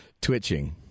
twitching